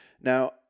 Now